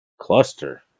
Cluster